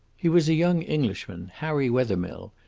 he was a young englishman, harry wethermill,